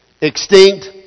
Extinct